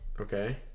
Okay